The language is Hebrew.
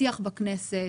השיח בכנסת,